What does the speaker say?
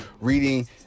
reading